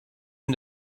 ihm